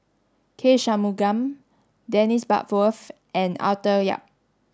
K Shanmugam Dennis Bloodworth and Arthur Yap